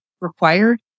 required